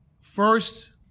first